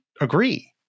agree